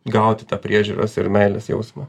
gauti tą priežiūros ir meilės jausmą